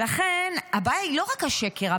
לכן הבעיה היא לא רק השקר.